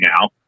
now